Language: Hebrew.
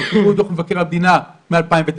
תראו את דו"ח מבקר המדינה מ-2009-2010,